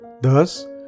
Thus